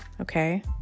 okay